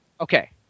Okay